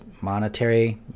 monetary